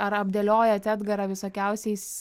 ar apdėliojat edgarą visokiausiais